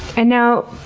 and now,